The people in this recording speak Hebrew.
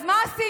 אז מה עשית?